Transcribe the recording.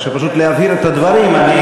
פשוט להבהיר את הדברים.